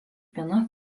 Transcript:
viena